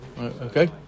Okay